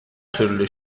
türlü